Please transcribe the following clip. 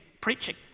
preaching